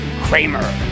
Kramer